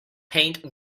paint